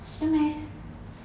是 meh